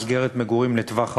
מסגרת מגורים לטווח ארוך,